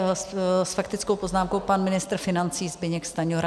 S faktickou poznámkou pan ministr financí Zbyněk Stanjura.